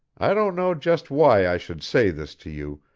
i don't know just why i should say this to you,